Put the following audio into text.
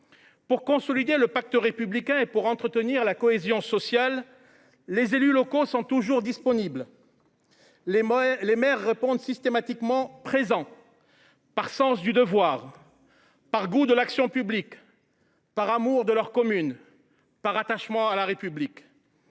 Pour consolider le pacte républicain et entretenir la cohésion sociale, les élus locaux sont toujours disponibles. Les maires répondent systématiquement présent, par sens du devoir, par goût de l’action publique, par amour de leur commune, par attachement à la République.